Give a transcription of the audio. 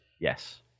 Yes